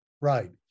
right